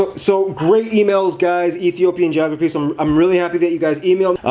but so great emails, guys, ethiopian geograpeeps. i'm i'm really happy that you guys emailed.